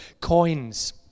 coins